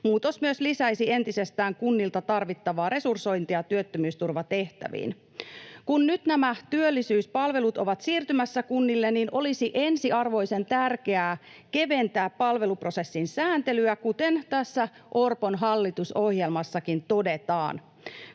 Muutos myös lisäisi entisestään kunnilta tarvittavaa resursointia työttömyysturvatehtäviin. Kun nyt nämä työllisyyspalvelut ovat siirtymässä kunnille, niin olisi ensiarvoisen tärkeää keventää palveluprosessin sääntelyä, kuten tässä Orpon hallitusohjelmassakin todetaan.